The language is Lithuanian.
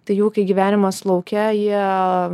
tai jau kai gyvenimas lauke jie